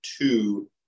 two